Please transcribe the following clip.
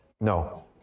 No